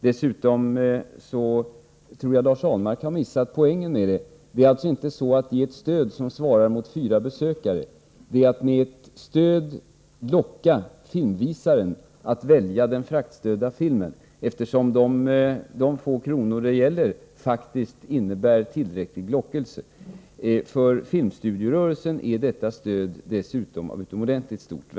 Dessutom tror jag Lars Ahlmark har missat poängen med det. Det är alltså inte fråga om att ge ett stöd som svarar mot fyra besökare; det är fråga om att med ett stöd locka filmvisaren att välja den fraktstödda filmen, eftersom de få kronor det gäller faktiskt innebär tillräcklig lockelse. För filmstudierörelsen är detta stöd dessutom av utomordentligt värde.